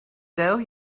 though